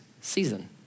season